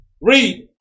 read